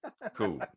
cool